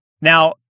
Now